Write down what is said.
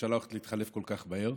שהממשלה הולכת להתחלף כל כך מהר,